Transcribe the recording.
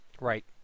Right